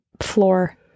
floor